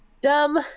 dumb